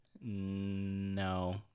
No